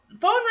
phone